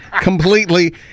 completely